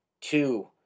two